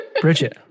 Bridget